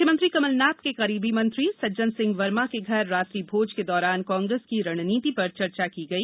मुख्यमंत्री कमलनाथ के करीबी मंत्री सज्जन सिंह वर्मा के घर रात्रि भोज के दौरान कांग्रेस की रणनीति पर चर्चा की गई